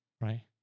right